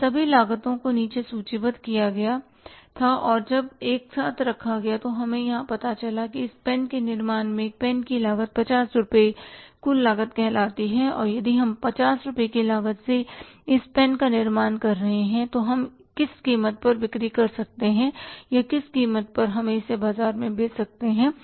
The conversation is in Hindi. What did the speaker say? इन सभी लागतों को नीचे सूचीबद्ध किया गया था और जब एक साथ रखा गया तो हमें पता चला कि इस पेन के निर्माण में एक पेन की लागत 50 रुपये कुल लागत कहलाती है और यदि हम 50 रुपये की लागत से इस पेन का निर्माण कर रहे हैं तो हम किस कीमत पर बिक्री कर सकते हैं या किस कीमत पर हम इसे बाजार में बेच सकते हैं